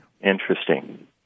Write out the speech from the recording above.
Interesting